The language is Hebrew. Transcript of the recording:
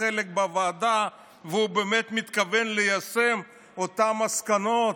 חלק בוועדה והוא באמת מתכוון ליישם את אותן מסקנות